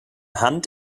hand